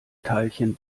teilchen